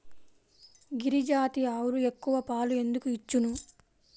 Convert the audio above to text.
గిరిజాతి ఆవులు ఎక్కువ పాలు ఎందుకు ఇచ్చును?